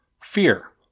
Fear